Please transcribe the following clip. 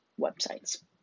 websites